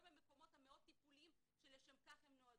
במקומות המאוד טיפוליים שלשם כך הם נועדו.